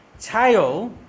tail